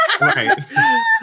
Right